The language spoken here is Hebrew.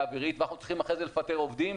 אווירית ואנחנו צריכים אחרי זה לפטר עובדים,